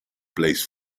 place